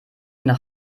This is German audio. nach